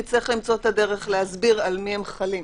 נצטרך למצוא את הדרך להסביר על מי הם חלים.